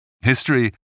History